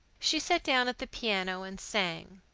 she sat down at the piano and sang.